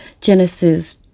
Genesis